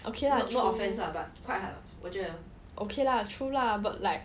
okay lah true okay lah true lah but like